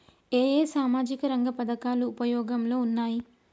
ఏ ఏ సామాజిక రంగ పథకాలు ఉపయోగంలో ఉన్నాయి?